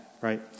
right